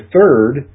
third